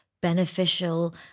beneficial